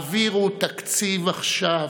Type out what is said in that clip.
העבירו תקציב עכשיו,